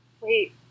Wait